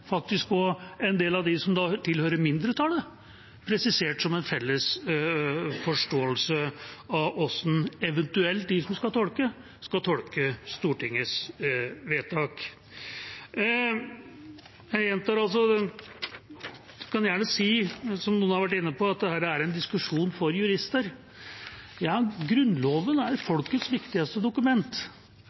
faktisk også en del av dem som tilhører mindretallet, presisert som en felles forståelse av hvordan eventuelt de som skal tolke, skal tolke Stortingets vedtak. Jeg gjentar altså – og kan gjerne si, som noen har vært inne på – at dette er en diskusjon for jurister. Ja, Grunnloven er folkets viktigste dokument,